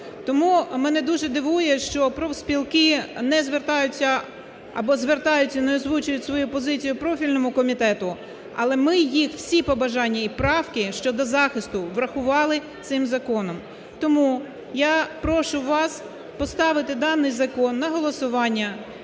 Тому мене дуже дивує, що профспілки не звертаються або звертаються й не озвучують свою позицію профільному комітету, але ми їх всі побажання і правки щодо захисту врахували цим законом. Тому я прошу вас поставити даний закон на голосування